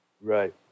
right